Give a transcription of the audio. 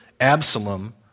Absalom